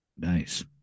Nice